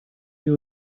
you